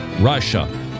Russia